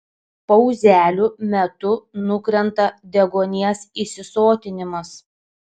pauzelių metu nukrenta deguonies įsisotinimas